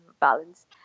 balance